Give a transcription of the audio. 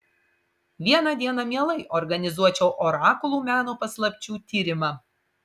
vieną dieną mielai organizuočiau orakulų meno paslapčių tyrimą